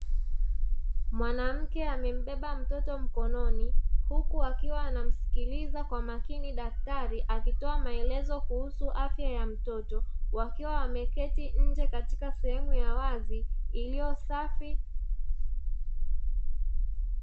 Mwanamke amembeba mtoto mkononi, huku akiwa anamsikiliza kwa makini daktari, akitoa maelezo kuhusu afya ya mtoto wakiwa wameketi nje katika sehemu ya wazi iliyosafi.